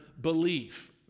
belief